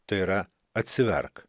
tai yra atsiverk